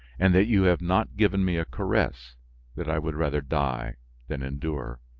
and that you have not given me a caress that i would rather die than endure